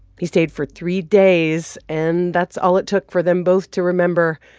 he stayed for three days, and that's all it took for them both to remember,